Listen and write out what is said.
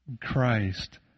Christ